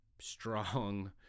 strong